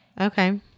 Okay